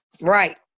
Right